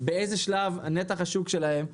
באיזה שלב נתח השוק שלהם ישתנה,